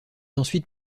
ensuite